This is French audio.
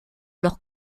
leur